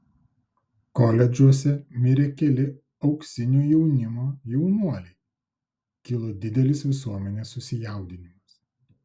koledžuose mirė keli auksinio jaunimo jaunuoliai kilo didelis visuomenės susijaudinimas